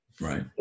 Right